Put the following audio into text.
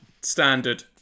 standard